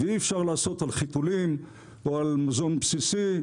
ואי אפשר לעשות על חיתולים או על מזון בסיסי,